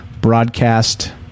broadcast